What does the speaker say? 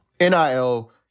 NIL